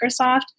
Microsoft